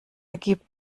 ergibt